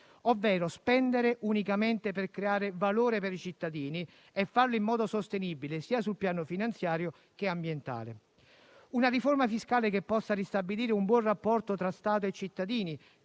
di spendere unicamente per creare valore per i cittadini e di farlo in modo sostenibile, sul piano sia finanziario sia ambientale. Pensiamo a una riforma fiscale che possa ristabilire un buon rapporto tra Stato e cittadini,